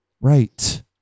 Right